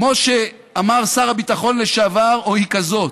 כמו שאמר שר הביטחון לשעבר, היא כזאת: